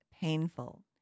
painful